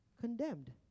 condemned